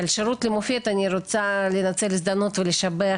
על שירות למופת אני רוצה לנצל הזדמנות ולשבח